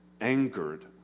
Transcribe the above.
angered